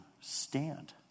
stand